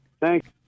Thanks